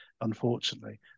Unfortunately